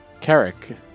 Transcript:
Carrick